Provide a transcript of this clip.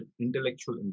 intellectual